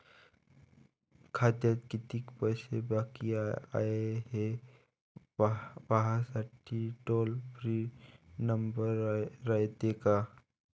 खात्यात कितीक पैसे बाकी हाय, हे पाहासाठी टोल फ्री नंबर रायते का?